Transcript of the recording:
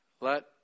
let